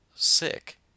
Sick